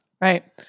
Right